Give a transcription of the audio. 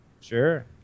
Sure